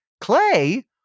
clay